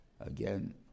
again